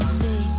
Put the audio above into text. see